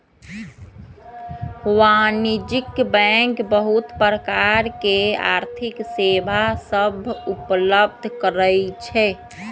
वाणिज्यिक बैंक बहुत प्रकार के आर्थिक सेवा सभ उपलब्ध करइ छै